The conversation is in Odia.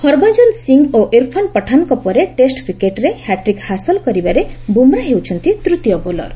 ହରଭଞ୍ଜନ ସିଂ ଓ ଇରଫାନ ପଠାନ୍ଙ୍କ ପରେ ଟେଷ୍ଟ କ୍ରିକେଟରେ ହ୍ୟାଟ୍ରିକ ହାସଲ କରିବାରେ ବୁମ୍ରା ହେଉଛନ୍ତି ତୃତୀୟ ବୋଲର